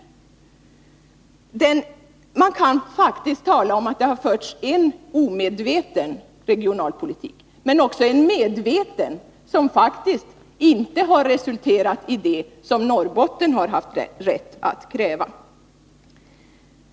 Man kan faktiskt tala om att det har förts en omedveten regionalpolitik, men också en medveten regionalpolitik, som inte har resulterat i det som Norrbotten har haft rätt att kräva.